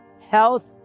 health